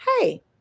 hey